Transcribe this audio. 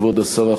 כבוד השרה,